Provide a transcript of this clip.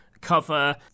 cover